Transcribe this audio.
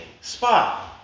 spot